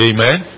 Amen